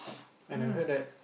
and I heard that